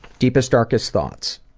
deepest darkest thoughts.